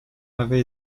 avait